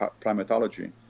primatology